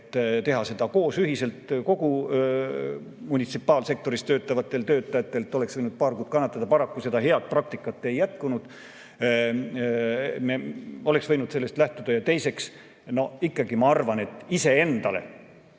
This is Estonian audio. ja tehtud seda ühiselt kõigil munitsipaalsektoris töötavatel inimestel. Oleks võinud paar kuud kannatada. Paraku seda head praktikat ei jätkunud. Me oleks võinud sellest lähtuda. Ja teiseks, ikkagi ma arvan, et ise endale